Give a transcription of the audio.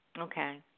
Okay